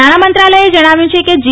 નાણામંત્રાલયે જણાવ્યું છે કે જી